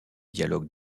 dialogue